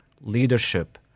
leadership